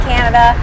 Canada